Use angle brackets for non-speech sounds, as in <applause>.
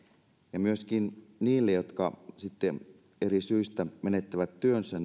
ja myöskin niiden osalta jotka eri syistä menettävät työnsä <unintelligible>